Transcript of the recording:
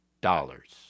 dollars